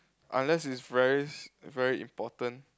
unless it's very very important